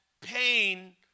pain